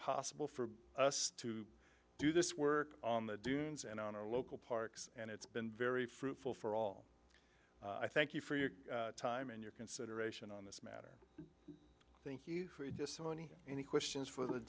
possible for us to do this work on the dunes and on our local parks and it's been very fruitful for all i thank you for your time and your consideration on this thank you any questions for the